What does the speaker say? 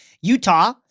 Utah